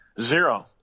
Zero